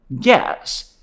Yes